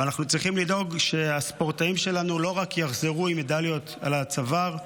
ואנחנו צריכים לדאוג שהספורטאים שלנו לא רק יחזרו עם מדליות על הצוואר,